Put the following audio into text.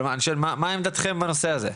אבל מה שאני שואל זה מה עמדתכם בנושא הזה?